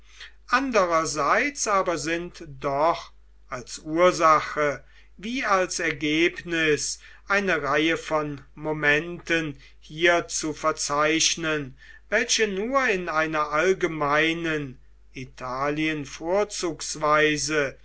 andererseits aber sind doch als ursache wie als ergebnis eine reihe von momenten hier zu verzeichnen welche nur in einer allgemeinen italien vorzugsweise